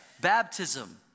Baptism